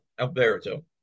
Alberto